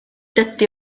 dydy